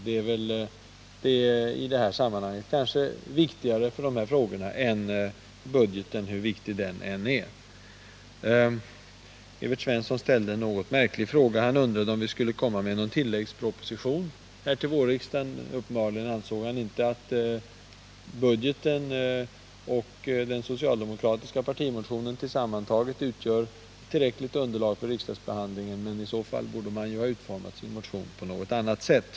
Det är kanske viktigare för de här frågornas lösning än budgeten — hur viktig den än är. Evert Svensson ställde en något märklig fråga. Han undrade om vi skulle lägga fram någon tilläggsproposition på detta område till vårriksdagen. Uppenbarligen anser han inte att budgetpropositionens förslag och den socialdemokratiska partimotionens förslag sammantagna utgör tillräckligt underlag för riksdagsbehandlingen — men i så fall borde socialdemokraterna ha utformat sin partimotion på annat sätt.